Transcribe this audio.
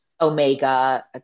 omega